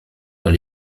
dans